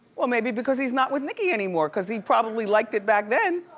well, maybe because he's not with nicki anymore cause he probably liked it back then.